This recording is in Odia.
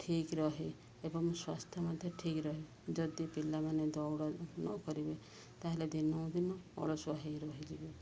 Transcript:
ଠିକ୍ ରୁହେ ଏବଂ ସ୍ୱାସ୍ଥ୍ୟ ମଧ୍ୟ ଠିକ ରୁହେ ଯଦି ପିଲାମାନେ ଦୌଡ଼ ନ କରିବେ ତାହେଲେ ଦିନକୁ ଦିନ ଅଳସୁଆ ହେଇ ରହିଯିବେ